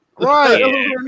Right